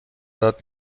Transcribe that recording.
داد